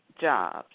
jobs